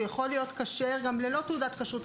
הוא יכול להיות כשר גם ללא תעודת כשרות.